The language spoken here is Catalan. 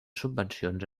subvencions